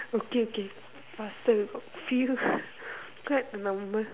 okay K faster few quite a number